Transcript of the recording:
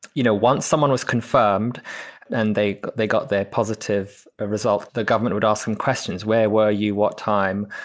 you know, once someone was confirmed and they they got their positive ah results. the government would ask them questions. where were you? what time?